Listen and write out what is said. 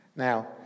Now